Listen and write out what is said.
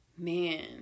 man